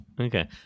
Okay